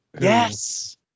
Yes